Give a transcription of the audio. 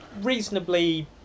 Reasonably